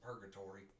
purgatory